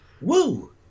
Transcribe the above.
Woo